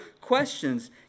questions